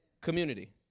community